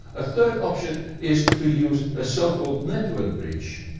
a third option is to use a so-called network bridge.